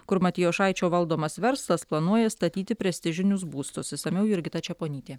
kur matijošaičio valdomas verslas planuoja statyti prestižinius būstus išsamiau jurgita čeponytė